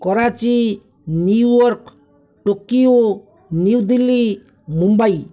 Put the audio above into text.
Karachi New York Tokyo New Delhi Mumbai